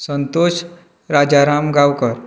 Santosh Rajaram Gaonkar